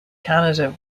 canada